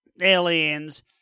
Aliens